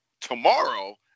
tomorrow